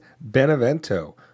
Benevento